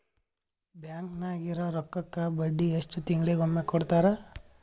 Bank ನಾಗಿರೋ ರೊಕ್ಕಕ್ಕ ಬಡ್ಡಿ ಎಷ್ಟು ತಿಂಗಳಿಗೊಮ್ಮೆ ಕೊಡ್ತಾರ?